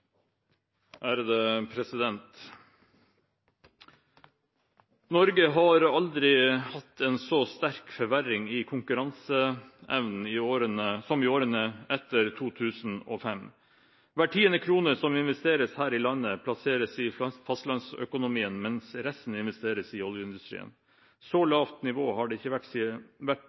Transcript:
Norge har aldri hatt en så sterk forverring i konkurranseevnen som i årene etter 2005. Hver tiende krone som investeres her i landet, plasseres i fastlandsøkonomien, mens resten investeres i oljeindustrien. Et så lavt nivå har det ikke vært på investeringene i Fastlands-Norge siden 1970, ifølge NHO. Sysselsettingsgraden har vært